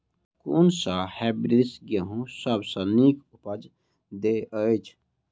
कुन सँ हायब्रिडस गेंहूँ सब सँ नीक उपज देय अछि?